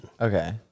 Okay